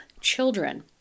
children